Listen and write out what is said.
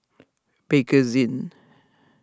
Bakerzin